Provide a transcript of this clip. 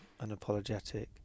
unapologetic